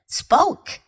spoke